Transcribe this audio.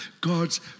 God's